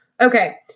Okay